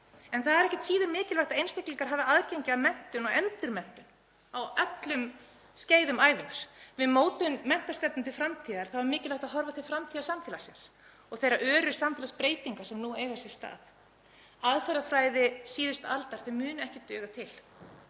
En það er ekkert síður mikilvægt að einstaklingar hafi aðgengi að menntun og endurmenntun á öllum skeiðum ævinnar. Við mótun menntastefnu til framtíðar er mikilvægt að horfa til framtíðarsamfélagsins og þeirra öru samfélagsbreytinga sem nú eiga sér stað. Aðferðafræði síðustu aldar mun ekki duga til.